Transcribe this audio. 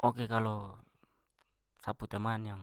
Ok, kalau sa pu teman yang